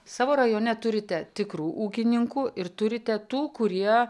savo rajone turite tikrų ūkininkų ir turite tų kurie